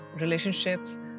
relationships